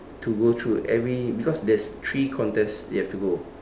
to go through every because there's three contest they have to go